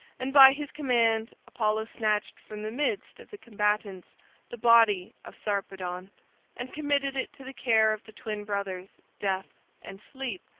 and by his command apollo snatched from the midst of the combatants the body of sarpedon and committed it to the care of the twin brothers death and sleep,